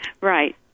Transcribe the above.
Right